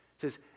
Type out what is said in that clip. says